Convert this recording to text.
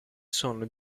sono